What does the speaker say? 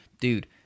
dude